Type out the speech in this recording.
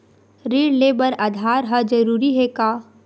ऋण ले बर आधार ह जरूरी हे का?